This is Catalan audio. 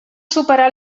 superar